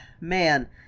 man